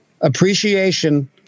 appreciation